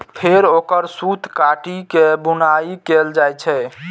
फेर ओकर सूत काटि के बुनाइ कैल जाइ छै